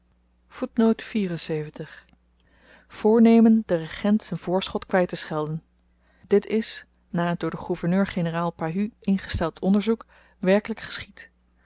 voornemen den regent z'n voorschot kwytteschelden dit is na het door den gouv gen pahud ingesteld onderzoek werkelyk geschied